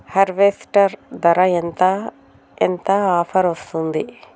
Harvester ధర ఎంత ఎంత ఆఫర్ వస్తుంది?